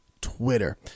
Twitter